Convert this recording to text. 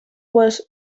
was